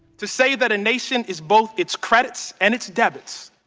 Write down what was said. to say that a nation is both its credits and its debits,